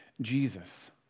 Jesus